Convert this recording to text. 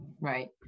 right